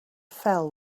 fell